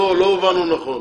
לא הובנו נכון.